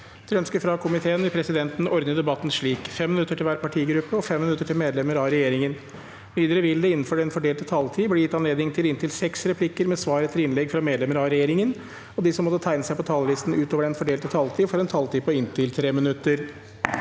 konstitusjonskomiteen vil presidenten ordne debatten slik: 5 minutter til hver partigruppe og 5 minutter til medlemmer av regjeringen. Videre vil det – innenfor den fordelte taletid – bli gitt anledning til inntil seks replikker med svar etter innlegg fra medlemmer av regjeringen. De som måtte tegne seg på talerlisten utover den fordelte taletid, får en taletid på inntil 3 minutter.